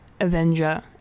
Avenger